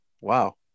Wow